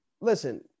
listen